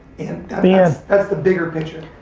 and that's the bigger picture.